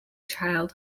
child